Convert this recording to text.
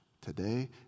today